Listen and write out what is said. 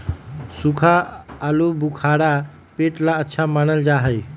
सूखा आलूबुखारा पेट ला अच्छा मानल जा हई